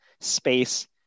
space